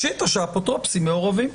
פשיטא שהאפוטרופוסים מעורבים.